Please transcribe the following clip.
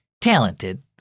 talented